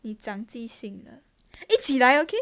你长记性了一起来 okay